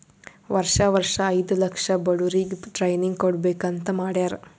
ವರ್ಷಾ ವರ್ಷಾ ಐಯ್ದ ಲಕ್ಷ ಬಡುರಿಗ್ ಟ್ರೈನಿಂಗ್ ಕೊಡ್ಬೇಕ್ ಅಂತ್ ಮಾಡ್ಯಾರ್